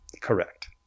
Correct